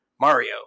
Mario